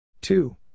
Two